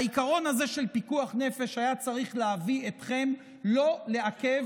העיקרון הזה של פיקוח נפש היה צריך להביא אתכם לא לעכב